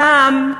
שם,